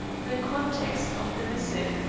the context of the missive,